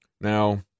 Now